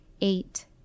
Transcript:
eight